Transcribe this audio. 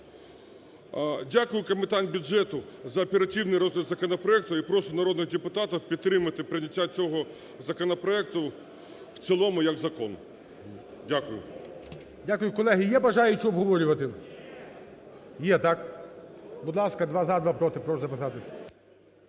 Дякую Комітету бюджету за оперативний розгляд законопроекту. І прошу народних депутатів підтримати прийняття цього законопроекту в цілому як закону. Дякую. ГОЛОВУЮЧИЙ. Дякую. Колеги, є бажаючі обговорювати? Є, так? Будь ласка, два – за, два – проти, прошу записатись.